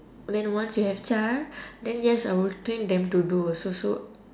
then once you have child then yes I will train them to do also so